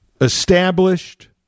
established